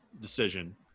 decision